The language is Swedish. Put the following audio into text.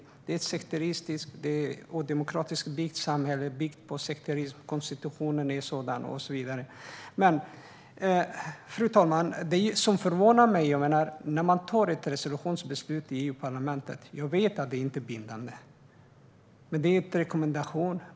Detta är ett sekteristiskt och odemokratiskt samhälle byggt på sekterism. Konstitutionen är sådan, och så vidare. Fru talman! Det finns en sak som förvånar mig. När man fattar ett resolutionsbeslut i EU-parlamentet vet jag att det inte är bindande. Det är en rekommendation.